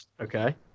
Okay